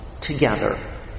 together